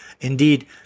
Indeed